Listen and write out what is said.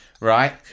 Right